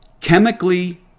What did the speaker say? chemically